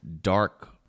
dark